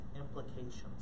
implications